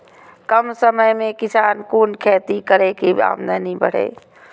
कम समय में किसान कुन खैती करै की आमदनी बढ़े?